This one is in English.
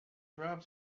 drive